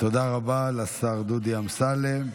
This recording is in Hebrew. תודה רבה לשר דודי אמסלם.